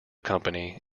company